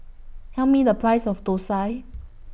Tell Me The Price of Thosai